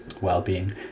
well-being